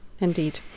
indeed